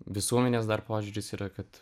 visuomenės dar požiūris yra kad